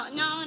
no